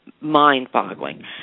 mind-boggling